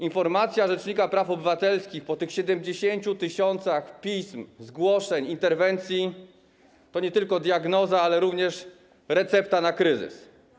Informacja rzecznika praw obywatelskich po 70 tys. pism, zgłoszeń, interwencji to nie tylko diagnoza, ale również recepta na kryzys.